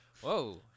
whoa